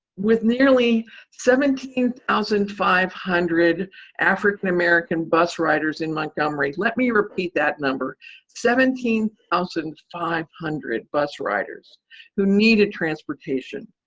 with nearly seventeen thousand five hundred african-american bus riders in montgomery let me repeat that number seventeen thousand five hundred bus riders who needed transportation,